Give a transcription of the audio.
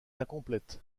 incomplète